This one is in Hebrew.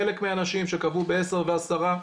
חלק מהאנשים שקבעו בעשר ועשרה,